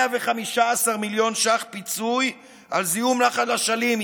115 מיליון שקל פיצוי על זיהום נחל אשלים.